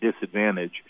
disadvantage